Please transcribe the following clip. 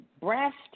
breast